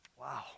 Wow